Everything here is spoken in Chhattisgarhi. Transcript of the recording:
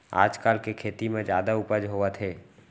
आजकाल के खेती म जादा उपज होवत हे